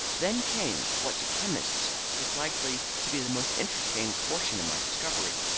then came what to chemists is likely to be the most interesting portion of my discovery.